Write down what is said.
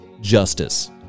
justice